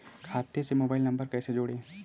खाते से mobile number कैसे जोड़ें?